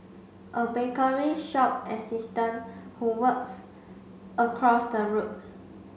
a bakery shop assistant who works across the road